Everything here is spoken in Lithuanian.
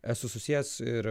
esu susijęs ir